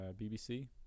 BBC